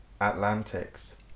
Atlantics